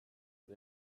but